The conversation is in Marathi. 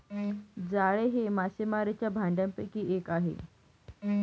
जाळे हे मासेमारीच्या भांडयापैकी एक आहे